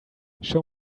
show